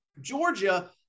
Georgia